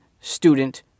student